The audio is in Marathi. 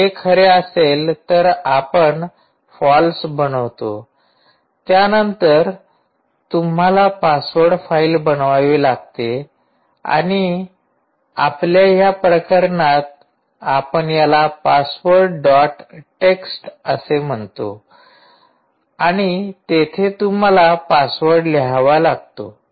जर हे खरे असेल तर आपण फॉल्स बनवतो आणि त्यानंतर तुम्हाला पासवर्ड फाईल बनवावी लागते आणि आपल्या या प्रकरणात आपण याला पासवर्ड डॉट टेक्स्ट असे म्हणतो आणि तेथे तुम्हाला पासवर्ड लिहावा लागतो